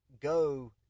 go